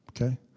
Okay